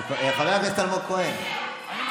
חבר הכנסת אלמוג כהן,